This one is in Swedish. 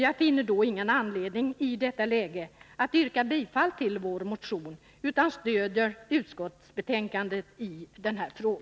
Jag finner då ingen anledning att i detta läge yrka bifall till vår motion utan jag stöder utskottets hemställan i denna fråga.